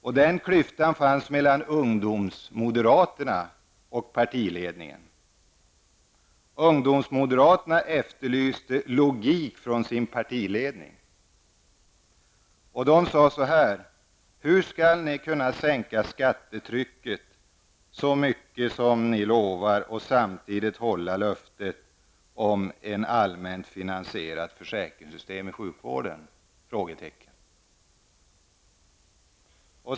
Nämnda klyfta fanns då mellan ungmoderaterna och partiledningen. Ungmoderaterna efterlyste logik från sin partiledning. De frågade: Hur skall ni kunna sänka skattetrycket så mycket som ni lovar och samtidigt hålla löftet om ett allmänt finansierat försäkringssystem i sjukvården?